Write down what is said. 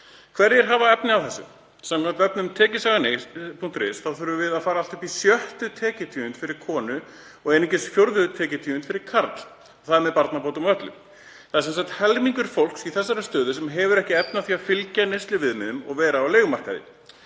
Hverjir hafa efni á þessu? Samkvæmt vefnum tekjusagan.is þurfum við að fara allt upp í sjöttu tekjutíund fyrir konu og einungis fjórðu tekjutíund fyrir karl, og það með barnabótum og öllu. Það er sem sagt helmingur fólks í þessari stöðu sem hefur ekki efni á því að fylgja neysluviðmiðum og vera á leigumarkaði.